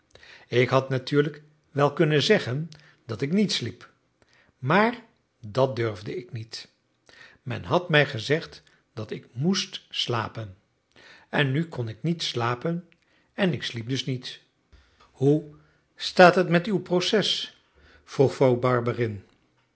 ik had natuurlijk wel kunnen zeggen dat ik niet sliep maar dat durfde ik niet men had mij gezegd dat ik moest slapen en nu kon ik niet slapen en ik sliep dus niet hoe staat het met uw proces vroeg